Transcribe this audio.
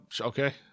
okay